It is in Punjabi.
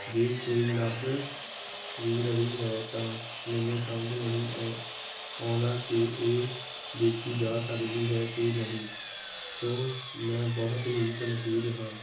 ਜੇ ਕੋਈ ਲੱਭ ਵੀ ਰਹੀ ਹੈ ਤਾਂ ਮੈਨੂੰ ਸਮਝ ਨਹੀਂ ਆਉ ਆਉਂਦਾ ਕਿ ਇਹ ਦੇਖੀ ਜਾ ਸਕਦੀ ਹੈ ਕਿ ਨਹੀਂ ਸੋ ਮੈਂ ਬਹੁਤ ਹੀ ਕਨਫਿਊਜ ਹਾਂ